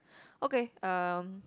okay um